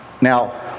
Now